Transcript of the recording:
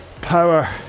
power